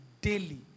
daily